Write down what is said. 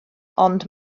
ond